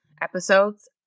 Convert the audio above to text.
episodes